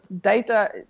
data